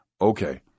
okay